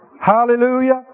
Hallelujah